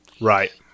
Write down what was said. Right